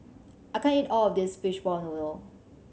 I can't eat all of this fishball noodle